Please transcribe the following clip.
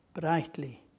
brightly